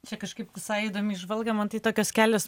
čia kažkaip visai įdomi įžvalga man tai tokios kelios